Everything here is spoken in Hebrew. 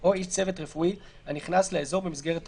או איש צוות רפואי, הנכנס לאזור במסגרת תפקידו,